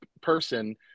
person